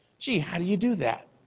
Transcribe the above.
gee, how do you do that?